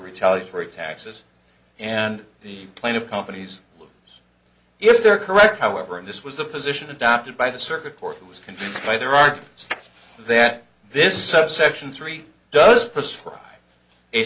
retaliatory taxes and the plaintiff companies if they're correct however and this was the position adopted by the circuit court was convinced by their arguments that this subsection three does prescribe a